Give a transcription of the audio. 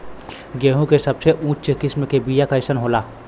गेहूँ के सबसे उच्च किस्म के बीया कैसन होला?